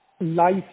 life